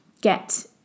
get